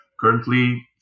currently